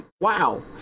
wow